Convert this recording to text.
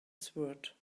sword